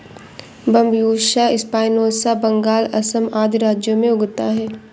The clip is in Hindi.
बैम्ब्यूसा स्पायनोसा बंगाल, असम आदि राज्यों में उगता है